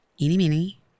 eeny-meeny